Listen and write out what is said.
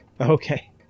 Okay